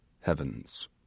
Heavens